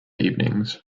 evenings